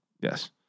Yes